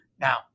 now